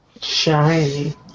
Shiny